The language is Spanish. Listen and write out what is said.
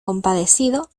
compadecido